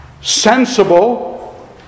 sensible